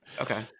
Okay